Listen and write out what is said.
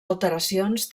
alteracions